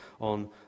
on